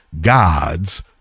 god's